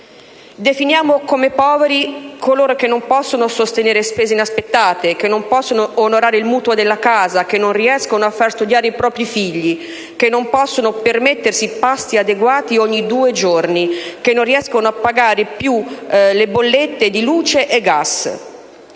Definiamo come poveri coloro che non possono sostenere spese inaspettate, che non possono onorare il mutuo della casa, che non riescono a far studiare i propri figli, che non possono permettersi pasti adeguati ogni due giorni, che non riescono a pagare più le bollette di luce e gas.